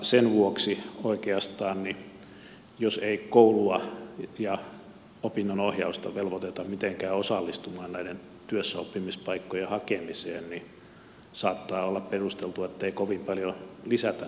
sen vuoksi oikeastaan jos ei koulua ja opinnonohjausta velvoiteta mitenkään osallistumaan näiden työssäoppimispaikkojen hakemiseen saattaa olla perusteltua ettei kovin paljon lisätä näitä työssäoppimisaikoja